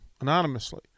anonymously